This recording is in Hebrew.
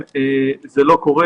זה לא קורה.